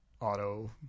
auto